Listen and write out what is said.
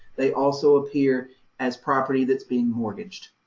they also appear as property that's being mortgaged.